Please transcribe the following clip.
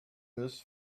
this